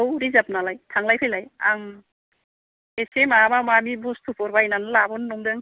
औ रिजार्भ नालाय थांलाय फैलाय आं खेबसे माबाबा माने बुस्थुफोर बायनानै लाबोनो नंदों